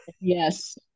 yes